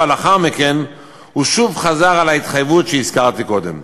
לאחר מכן הוא שוב חזר על ההתחייבות שהזכרתי קודם.